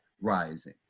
rising